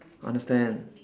understand